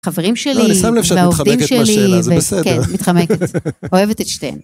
חברים שלי, והעובדים שלי, ו... אני שם לב שאת מתחמקת מהשאלה זה בסדר. כן, מתחמקת. אוהבת את שתיהן.